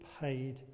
paid